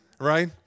right